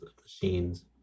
machines